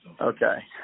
Okay